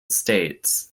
states